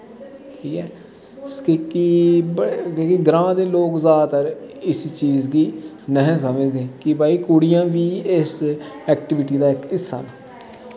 ठीक ऐ जेह्ड़े ग्रांऽ दे लोग जैदातर इस चीज गी नेईं हे समझदे कि भाई कुड़ियां बी इस ऐक्टिविटी दा इक हिस्सा न